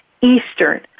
Eastern